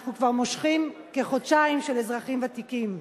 אנחנו כבר מושכים כחודשיים של אזרחים ותיקים.